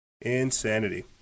Insanity